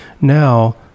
Now